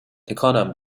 تکانم